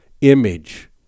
Image